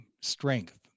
strength